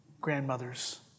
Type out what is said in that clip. grandmothers